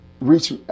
reach